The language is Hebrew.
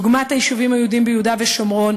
דוגמת היישובים היהודיים ביהודה ושומרון